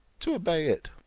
to obey it.